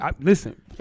Listen